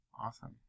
Awesome